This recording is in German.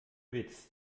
witz